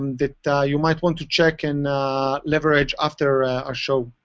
that you might want to check and leverage after our show.